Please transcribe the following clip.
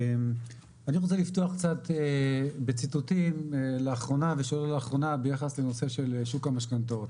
אני רוצה לפתוח קצת בציטוטים לאחרונה ביחס לנושא של שוק המשכנתאות.